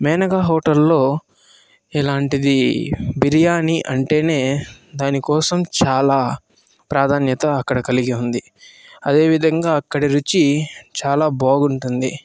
మేనకా హోటల్లో ఇలాంటిది బిర్యానీ అంటేనే దాని కోసం చాలా ప్రాధాన్యత అక్కడ కలిగి ఉంది అదే విధంగా అక్కడ రుచి చాలా బాగుంటుంది